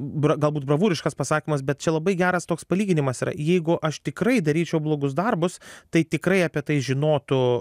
bra galbūt bravūriškas pasakymas bet čia labai geras toks palyginimas yra jeigu aš tikrai daryčiau blogus darbus tai tikrai apie tai žinotų